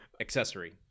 accessory